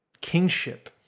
kingship